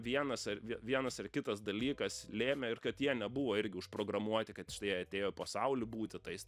vienas ar vie vienas ar kitas dalykas lėmė ir kad jie nebuvo irgi užprogramuoti kad štai atėjo į pasaulį būti tais ten